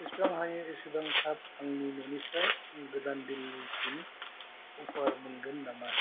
जेसेबां हायो एसेबां थाब आंनि न'निफ्राय गोदान दिल्लीसिम उबार मोनगोन नामा